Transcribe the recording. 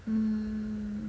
mm